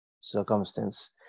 circumstance